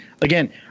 again